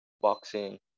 boxing